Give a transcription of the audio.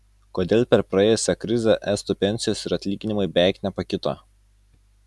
kodėl per praėjusią krizę estų pensijos ir atlyginimai beveik nepakito